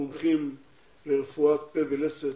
מומחים ברפואת פה ולסת,